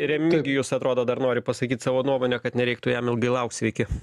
remigijus atrodo dar nori pasakyt savo nuomonę kad nereiktų jam ilgai laukt sveiki